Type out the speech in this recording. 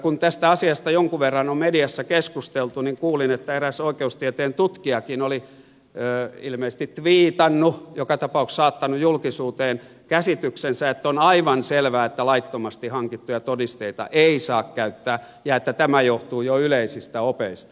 kun tästä asiasta jonkun verran on mediassa keskusteltu niin kuulin että eräs oikeustieteen tutkijakin oli ilmeisesti tviitannut joka tapauksessa saattanut julkisuuteen käsityksensä että on aivan selvää että laittomasti hankittuja todisteita ei saa käyttää ja että tämä johtuu jo yleisistä opeista